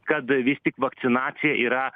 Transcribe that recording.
kad vis tik vakcinacija yra